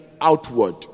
outward